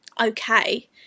okay